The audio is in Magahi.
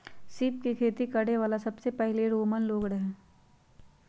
सीप के खेती करे वाला सबसे पहिले रोमन लोग रहे